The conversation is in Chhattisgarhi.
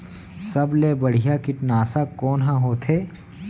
सबले बढ़िया कीटनाशक कोन ह होथे?